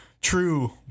true